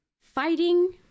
fighting